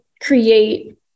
create